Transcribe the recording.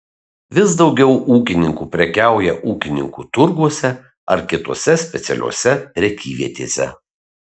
vis daugiau ūkininkų prekiauja ūkininkų turguose ar kitose specialiose prekyvietėse